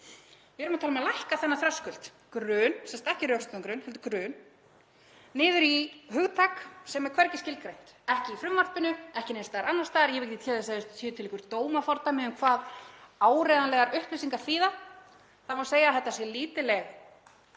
Við erum að tala um að lækka þennan þröskuld, grun, sem sagt ekki rökstuddan grun heldur grun, niður í hugtak sem er hvergi skilgreint, ekki í frumvarpinu, ekki neins staðar annars staðar. Ég veit ekki til þess að það séu til einhver dómafordæmi um hvað áreiðanlegar upplýsingar þýða. Það má segja að þetta sé lítils